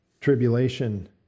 tribulation